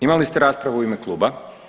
Imali ste raspravu u ime kluba.